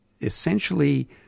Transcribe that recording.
essentially